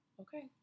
okay